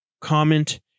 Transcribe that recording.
Comment